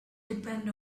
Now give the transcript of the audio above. depend